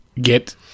get